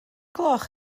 gloch